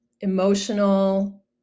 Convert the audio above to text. emotional